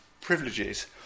privileges